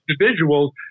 individuals